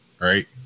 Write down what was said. right